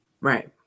Right